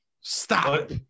Stop